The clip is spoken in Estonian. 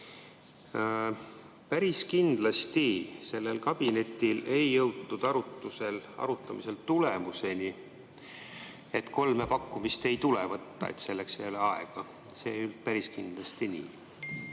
Päris kindlasti sellel kabinetiistungil ei jõutud [hanke] arutamisel tulemuseni, et kolme pakkumist ei tule võtta, et selleks ei ole aega. See ei olnud päris kindlasti nii.